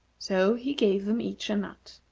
so he gave them each a nut,